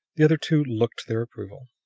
the other two looked their approval.